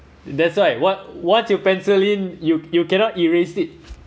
that's why onc~ once you pencil in you you cannot erase it